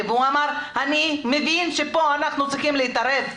והוא אמר 'אני מבין שפה אנחנו צריכים להתערב'.